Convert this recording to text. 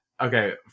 okay